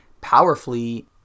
powerfully